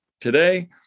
today